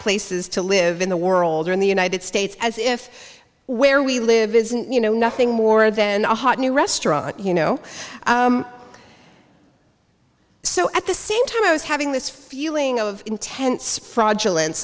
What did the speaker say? places to live in the world or in the united states as if where we live isn't you know nothing more than a hot new restaurant you know so at the same time i was having this feeling of intense fraudulen